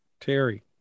Terry